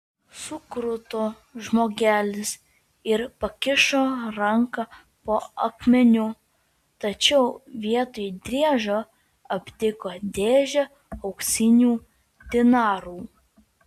sukruto žmogelis ir pakišo ranką po akmeniu tačiau vietoj driežo aptiko dėžę auksinių dinarų